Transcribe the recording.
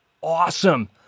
awesome